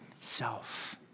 self